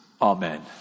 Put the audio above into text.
Amen